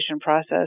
process